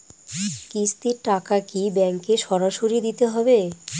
কিস্তির টাকা কি ব্যাঙ্কে সরাসরি দিতে হবে?